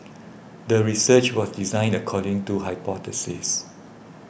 the research was designed according to hypothesis